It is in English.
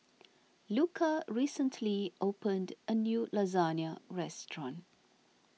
Luka recently opened a new Lasagne restaurant